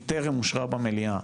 היא טרם אושרה במליאה.